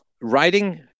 writing